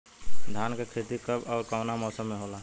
धान क खेती कब ओर कवना मौसम में होला?